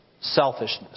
Selfishness